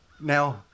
Now